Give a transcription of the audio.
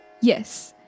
Yes